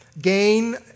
gain